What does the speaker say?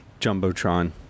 Jumbotron